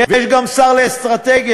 ויש גם שר לאסטרטגיה,